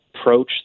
approach